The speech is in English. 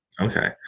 Okay